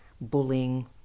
bullying